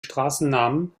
straßennamen